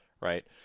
right